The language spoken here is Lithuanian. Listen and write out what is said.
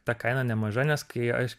ta kaina nemaža nes kai aš